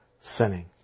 sinning